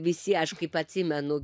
visi aš kaip atsimenu